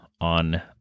on